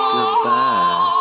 Goodbye